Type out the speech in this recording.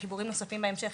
לחיבורים נוספים בהמשך.